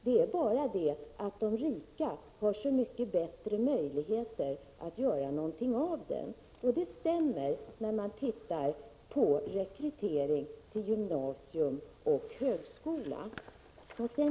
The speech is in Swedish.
Det är bara det att de rika har så mycket bättre möjligheter att göra någonting av den. Det stämmer när man ser på rekryteringen till gymnasium och högskola.